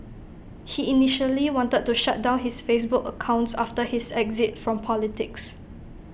he initially wanted to shut down his Facebook accounts after his exit from politics